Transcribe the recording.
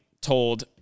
told